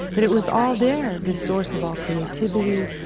that it was all there. the source of all creativity,